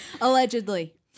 Allegedly